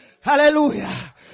Hallelujah